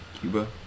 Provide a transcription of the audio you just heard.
Cuba